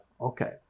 Okay